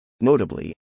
Notably